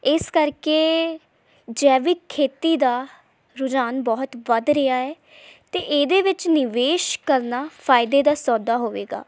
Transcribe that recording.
ਇਸ ਕਰਕੇ ਜੈਵਿਕ ਖੇਤੀ ਦਾ ਰੁਝਾਨ ਬਹੁਤ ਵੱਧ ਰਿਹਾ ਹੈ ਅਤੇ ਇਹਦੇ ਵਿੱਚ ਨਿਵੇਸ਼ ਕਰਨਾ ਫਾਇਦੇ ਦਾ ਸੌਦਾ ਹੋਵੇਗਾ